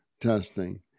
testing